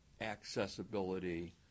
accessibility